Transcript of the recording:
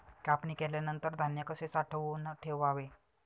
कापणी केल्यानंतर धान्य कसे साठवून ठेवावे?